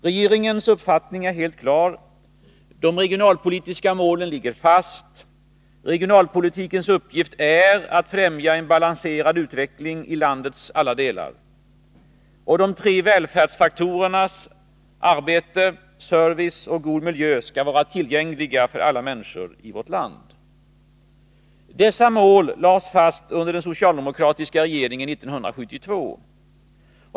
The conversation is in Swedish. Regeringens uppfattning är helt klar: de regionalpolitiska målen ligger fast. Regionalpolitikens uppgift är att främja en balanserad utveckling i landets alla delar. De tre välfärdsfaktorerna arbete, service och god miljö skall vara tillgängliga för alla människor i vårt land. Dessa mål lades fast av den socialdemokratiska regeringen 1972.